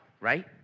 right